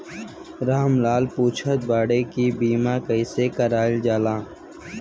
राम लाल पुछत बाड़े की बीमा कैसे कईल जाला?